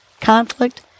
conflict